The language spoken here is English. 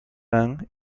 band